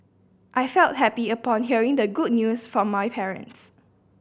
I felt happy upon hearing the good news from my parents